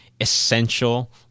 essential